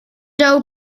doe